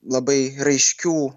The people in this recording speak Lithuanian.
labai raiškių